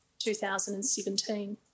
2017